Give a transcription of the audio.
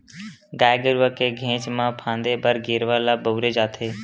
गाय गरुवा के घेंच म फांदे बर गेरवा ल बउरे जाथे